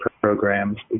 programs